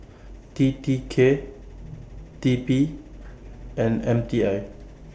T T K T P and M T I